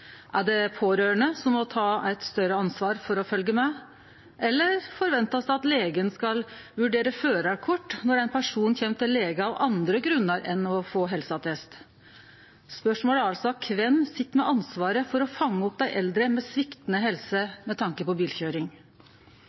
Er det pårørande som må ta eit større ansvar for å følgje med, eller blir det forventa at legen skal vurdere førarkort når ein person kjem til lege av andre grunnar enn for å få helseattest? Spørsmålet er altså: Kven sit med ansvaret for å fange opp dei eldre med sviktande helse med tanke på bilkøyring?